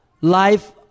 life